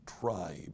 tribe